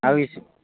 আৰু ইছ